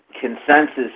consensus